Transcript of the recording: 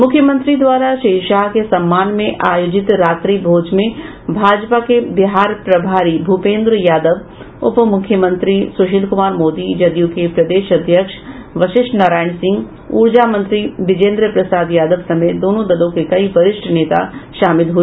मुख्यमंत्री द्वारा श्री शाह के सम्मान में आयोजित रात्रि भोज में भाजपा के बिहार प्रभारी भूपेन्द्र यादव उपमुख्यमंत्री सुशील कुमार मोदी जदयू के प्रदेश अध्यक्ष वशिष्ठ नारायण सिंह ऊर्जा मंत्री बिजेन्द्र प्रसाद यादव समेत दोनों दलों के कई वरिष्ठ नेता शामिल हुए